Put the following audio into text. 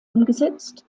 umgesetzt